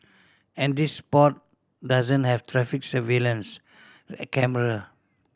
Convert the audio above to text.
and this spot doesn't have traffic surveillance a camera